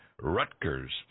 Rutgers